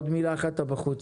עוד מילה אחת, אתה בחוץ.